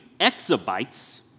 exabytes